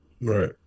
Right